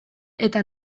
eta